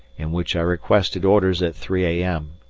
in which i requested orders at three a m.